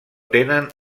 tenen